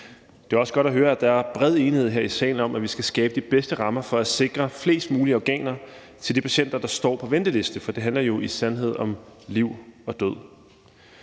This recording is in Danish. Det er også godt at høre, at der er bred enighed her i salen om, at vi skal skabe de bedste rammer for at sikre flest mulige organer til de patienter, der står på venteliste. For det handler jo i sandhed om liv og død,